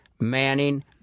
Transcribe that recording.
Manning